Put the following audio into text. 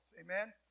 Amen